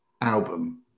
album